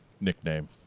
nickname